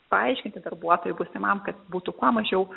paaiškinti darbuotojui būsimam kad būtų kuo mažiau